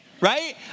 right